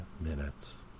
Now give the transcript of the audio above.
minutes